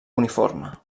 uniforme